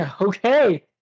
Okay